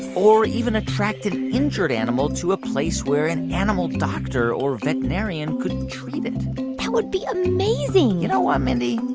or even attract an injured animal to a place where an animal doctor or veterinarian could treat it that would be amazing you know what, um mindy?